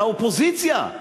האופוזיציה,